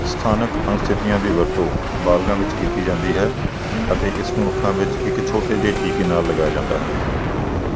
ਸਥਾਨਕ ਅਨੱਸਥੀਸੀਆ ਦੀ ਵਰਤੋਂ ਬਾਲਗਾਂ ਵਿੱਚ ਕੀਤੀ ਜਾਂਦੀ ਹੈ ਅਤੇ ਇਸ ਨੂੰ ਅੱਖਾਂ ਵਿੱਚ ਇੱਕ ਛੋਟੇ ਜਿਹੇ ਟੀਕੇ ਨਾਲ ਲਗਾਇਆ ਜਾਂਦਾ ਹੈ